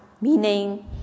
meaning